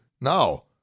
No